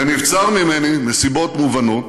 ונבצר ממני מסיבות מובנות